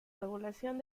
regulación